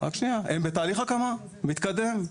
הם בתהליך הקמה מתקדם.